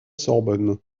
sorbonne